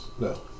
No